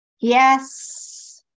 Yes